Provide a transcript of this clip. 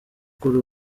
kuri